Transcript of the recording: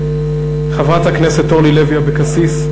חברת הכנסת אורלי לוי אבקסיס.